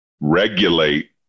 regulate